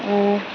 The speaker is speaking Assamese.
এ